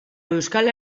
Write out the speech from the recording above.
euskal